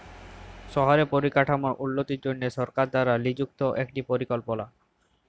শহরে পরিকাঠাম উল্যতির জনহে সরকার দ্বারা লিযুক্ত একটি পরিকল্পলা